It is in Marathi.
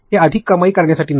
हे अधिक कमाई करण्यासाठी नाही